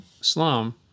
slum